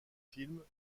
films